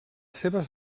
seves